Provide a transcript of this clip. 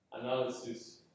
analysis